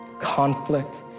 conflict